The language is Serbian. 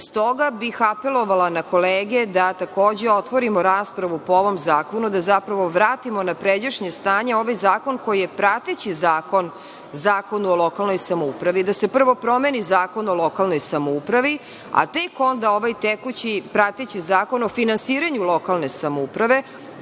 bih apelovala na kolege da, takođe, otvorimo raspravu po ovom zakonu, da zapravo vratimo na pređašnje stanje ovaj zakon koji je prateći zakon Zakonu o lokalnoj samoupravi, da se prvo promeni Zakon o lokalnoj samoupravi, a tek onda ovaj tekući, prateći Zakon o finansiranju lokalne samouprave,